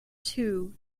two